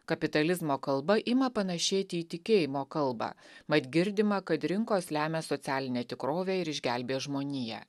kapitalizmo kalba ima panašėti į tikėjimo kalbą mat girdima kad rinkos lemia socialinę tikrovę ir išgelbėja žmoniją